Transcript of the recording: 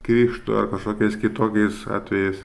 krikšto ar kažkokiais kitokiais atvejais